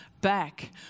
back